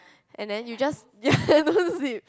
and then you just yeah don't sleep